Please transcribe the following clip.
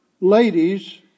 ladies